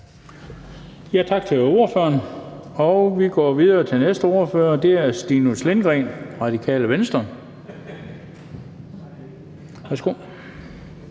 Tak til ordføreren. Vi går videre til næste ordfører, og det er hr. Stinus Lindgreen, Radikale Venstre.